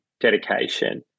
dedication